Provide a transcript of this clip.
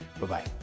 Bye-bye